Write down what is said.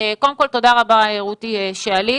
קודם כל, תודה רבה, רותי, שעלית.